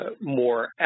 more